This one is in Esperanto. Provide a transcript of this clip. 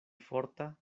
forta